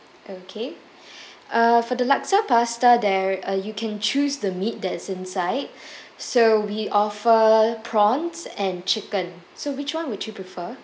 okay uh for the laksa pasta there uh you can choose the meat that is inside so we offer prawns and chicken so which one would you prefer